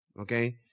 Okay